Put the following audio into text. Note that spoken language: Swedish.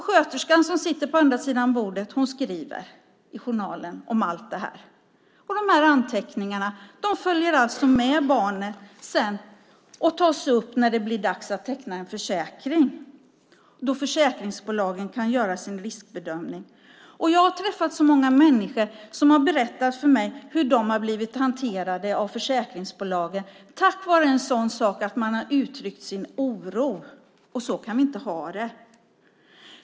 Sköterskan som sitter på andra sidan bordet skriver allt detta i journalen. De anteckningarna följer sedan med barnet och tas upp när det blir dags att teckna en försäkring och försäkringsbolagen gör sin riskbedömning. Jag har träffat många människor som har berättat för mig hur de har blivit hanterade av försäkringsbolagen på grund av att man har uttryckt sin oro. Så kan vi inte ha det.